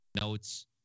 notes